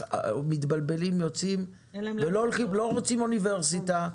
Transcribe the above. לא רוצים אוניברסיטה,